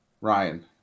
Ryan